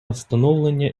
встановлення